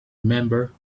remember